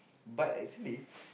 but actually